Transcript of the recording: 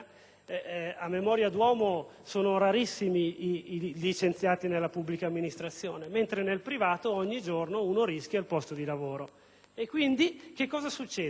(a memoria d'uomo sono rarissimi i licenziati nella pubblica amministrazione, mentre nel privato ogni giorno si rischia il posto di lavoro). Quindi, maggiore spesa